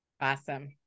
Awesome